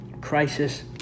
Crisis